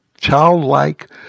childlike